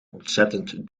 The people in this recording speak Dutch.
ontzettend